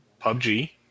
PUBG